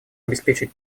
обеспечить